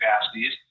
capacities